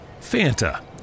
Fanta